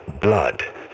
blood